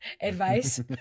advice